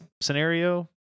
scenario